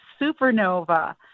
supernova